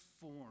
form